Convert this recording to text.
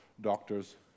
doctors